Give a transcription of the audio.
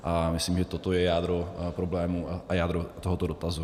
A myslím, že toto je jádro problému a jádro tohoto dotazu.